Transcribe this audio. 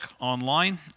online